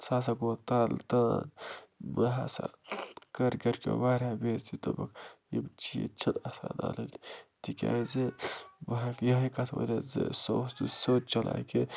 سُہ ہسا گوٚو تَل تہٕ بہٕ ہسا کٔر گَرِکیو واریاہ بے عزتی دۄپُکھ یِم چیٖز چھِنہٕ آسان اَنٕنۍ تِکیٛازِ بہٕ ہٮ۪کہٕ یِہوٚے کَتھ ؤنِتھ زِ سُہ اوس نہٕ سیوٚد چلان کیٚنہہ